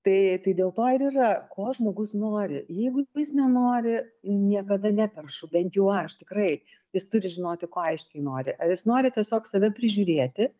tai tai dėl to ir yra ko žmogus nori jeigu jis nenori niekada neperšu bent jau aš tikrai jis turi žinoti ko aiškiai nori ar jis nori tiesiog save prižiūrėti